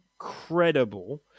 incredible